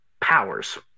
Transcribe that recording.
powers